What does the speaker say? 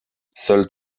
seules